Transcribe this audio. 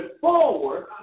forward